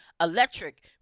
electric